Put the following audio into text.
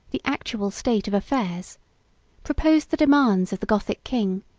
the actual state of affairs proposed the demands of the gothic king,